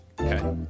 okay